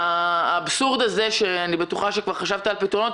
האבסורד הזה אני בטוחה שכבר חשבת על פתרונות,